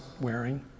wearing